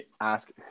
ask